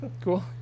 Cool